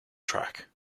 track